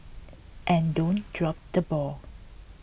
and don't drop the ball